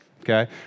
okay